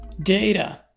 data